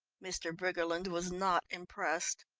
mr. briggerland was not impressed.